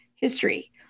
history